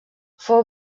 fou